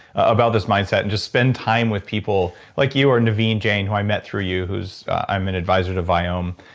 about this mindset and just spend time with people like you or naveen jain who i met through you who i'm an advisor to viome.